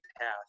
path